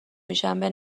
میشم، به